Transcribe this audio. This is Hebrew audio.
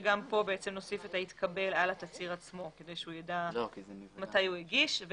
שגם כאן נוסיף את ה-התקבל על התצהיר עצמו כדי שהוא ידע מתי הוא הגיש.